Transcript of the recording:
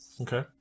Okay